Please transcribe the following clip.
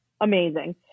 amazing